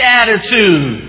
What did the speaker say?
attitude